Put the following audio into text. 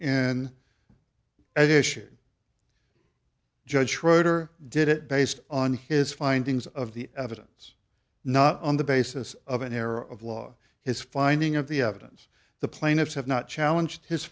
issue judge schroeder did it based on his findings of the evidence not on the basis of an error of law his finding of the evidence the plaintiffs have not challenge his